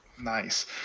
Nice